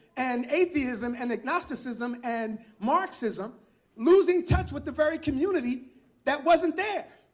and atheism, and agnosticism, and marxism losing touch with the very community that wasn't there.